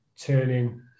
turning